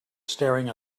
staring